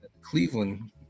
Cleveland